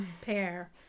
pair